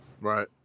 Right